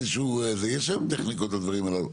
יש היום טכניקות לדברים הללו.